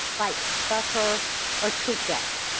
like buffer or tweet deck,